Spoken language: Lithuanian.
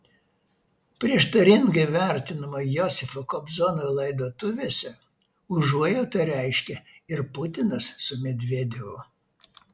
prieštaringai vertinamo josifo kobzono laidotuvėse užuojautą reiškė ir putinas su medvedevu